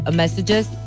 messages